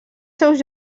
seus